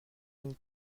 une